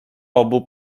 obu